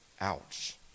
Ouch